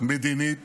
מדינית